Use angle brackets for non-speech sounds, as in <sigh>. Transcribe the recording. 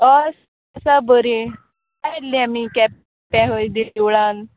अय आसा बरी <unintelligible> येयल्लीं आमी केंप्यां खंय देवळान